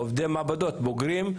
עובדי מעבדות ובוגרים.